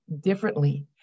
differently